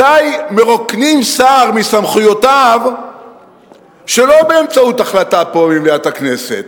מתי מרוקנים שר מסמכויותיו שלא באמצעות החלטה פה במליאת הכנסת.